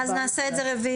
אז נעשה את זה רביזיה.